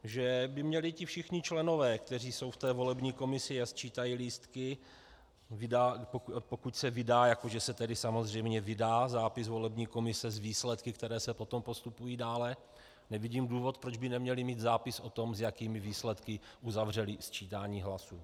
Že by měli všichni členové, kteří jsou ve volební komisi a sčítají lístky, pokud se vydá, jako že se samozřejmě vydá zápis volební komise s výsledky, které se potom postupují dále, nevidím důvod, proč by neměli mít zápis o tom, s jakými výsledky uzavřeli sčítání hlasů.